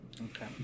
Okay